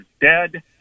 dead